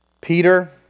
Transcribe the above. Peter